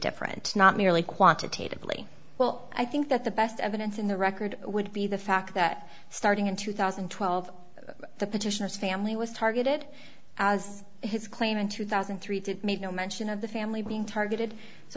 different not merely quantitatively well i think that the best evidence in the record would be the fact that starting in two thousand and twelve the petitioner's family was targeted as his claim in two thousand and three to made no mention of the family being targeted so